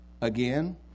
again